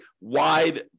wide